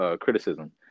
criticism